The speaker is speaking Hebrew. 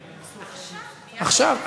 עכשיו, עכשיו.